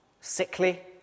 sickly